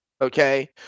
Okay